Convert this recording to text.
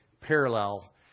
parallel